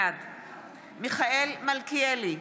בעד מיכאל מלכיאלי,